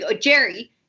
Jerry